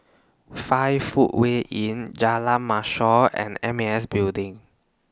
five Footway Inn Jalan Mashor and M A S Building